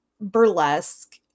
burlesque